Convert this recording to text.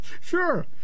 Sure